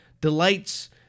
delights